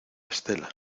estela